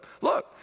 look